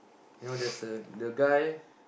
you know there's a the guy